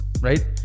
Right